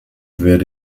werde